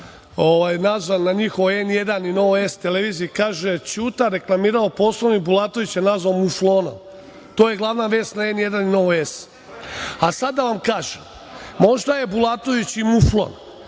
nazvan na njihovoj N1 i „Nova S“ televiziji, kaže - Ćuta reklamirao Poslovnik i Bulatovića nazvao muflonom. To je glavna vest na N1 i „Nova S“.Sada da vam kažem možda je Bulatović i muflon,